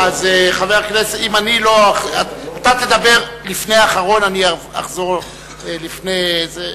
אתה תדבר לפני האחרון, ואני אחזור לפני זה.